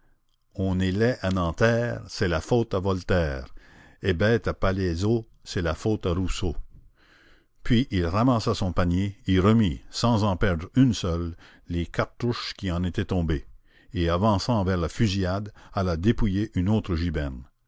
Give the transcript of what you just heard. on est laid à nanterre c'est la faute à voltaire et bête à palaiseau c'est la faute à rousseau puis il ramassa son panier y remit sans en perdre une seule les cartouches qui en étaient tombées et avançant vers la fusillade alla dépouiller une autre giberne